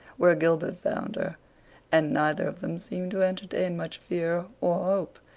where gilbert found her and neither of them seemed to entertain much fear, or hope,